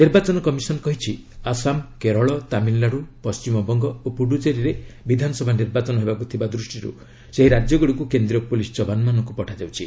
ନିର୍ବାଚନ କମିଶନ୍ କହିଛି ଆସାମ କେରଳ ତାମିଲନାଡୁ ପଶ୍ଚିମବଙ୍ଗ ଓ ପୁଡ଼ୁଚେରୀରେ ବିଧାନସଭା ନିର୍ବାଚନ ହେବାକୁ ଥିବାରୁ ସେହି ରାକ୍ୟଗୁଡ଼ିକୁ କେନ୍ଦ୍ରୀୟ ପୁଲିସ୍ ଯବାନମାନଙ୍କୁ ପଠାଯାଉଛି